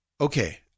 okay